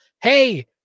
Hey